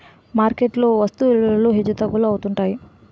market లో వస్తు విలువలు హెచ్చుతగ్గులు ఉంటాయి